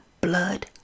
blood